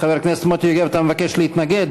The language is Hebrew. חבר הכנסת מוטי יוגב, אתה מבקש להתנגד?